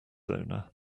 owner